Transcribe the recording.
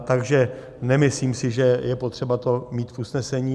Takže nemyslím si, že je potřeba to mít v usnesení.